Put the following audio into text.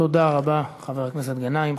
תודה רבה, חבר הכנסת גנאים.